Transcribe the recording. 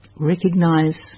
Recognize